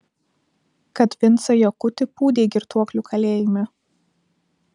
kad vincą jakutį pūdei girtuoklių kalėjime